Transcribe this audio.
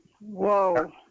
Whoa